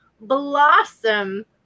blossom